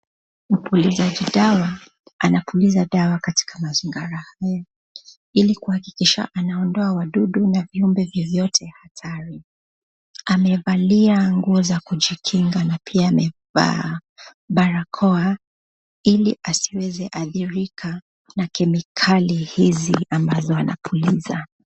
Mpulizaji dawa anapuliza dawa katika mazingira haya ili kuhakikisha anaondoa wadudu na viumbe vyovyote hatari, amevalia nguo za kujikinga na pia amevaa barakoa ili asiweze adhirika na kemikali hizi ambazo anapuliza.